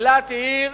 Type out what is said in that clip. אילת היא עיר